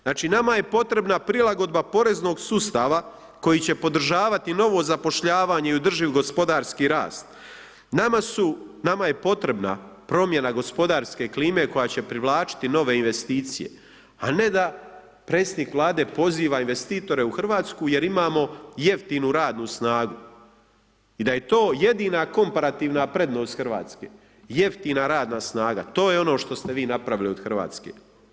Znači nama je potreba prilagodba poreznog sustava koji će podržavati novo zapošljavanje i održiv gospodarski rast, nama su, nama je potrebna promjena gospodarske klime koja će privlačiti nove investicije, a ne da predsjednik Vlade poziva investitore u Hrvatsku jer imamo jeftinu radnu snagu i da je to jedina komparativna prednost Hrvatske, jeftina radna snaga, to je ono što ste vi napravili od Hrvatske.